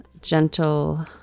gentle